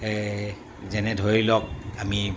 যেনে ধৰি লওক আমি